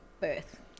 birth